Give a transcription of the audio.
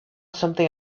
something